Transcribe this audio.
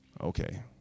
Okay